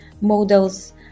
models